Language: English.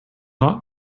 not